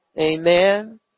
Amen